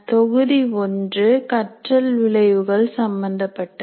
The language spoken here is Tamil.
தொகுதி 1 கற்றல் விளைவுகள் சம்பந்தப்பட்டது